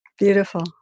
beautiful